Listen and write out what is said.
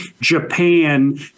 Japan